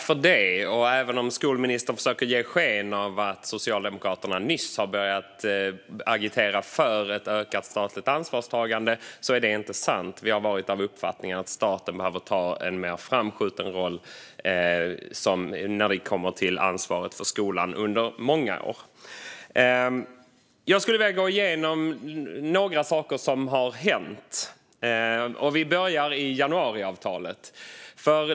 Fru talman! Även om skolministern försöker ge sken av att Socialdemokraterna nyss har börjat agitera för ett ökat statligt ansvarstagande är detta inte sant. Vi har under många år varit av uppfattningen att staten behöver ta en mer framskjutande roll när det kommer till ansvaret för skolan. Jag skulle vilja gå igenom några saker som har hänt. Vi börjar i januariavtalet.